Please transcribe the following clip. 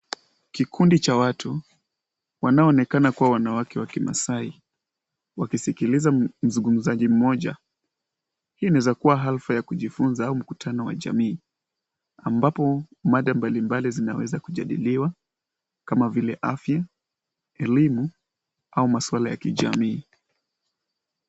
Kikundi cha watu, wanao onekana kuwa wanawake wa kimaasai, wakisikiliza mzungumzaji mmoja. Hii inaweza kuwa hafla ya kujifunza au mkutano wa jamii ambapo mada mbalimbali zinaweza kujadiliwa kama vile afya, elimu au maswala ya kijamii.